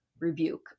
rebuke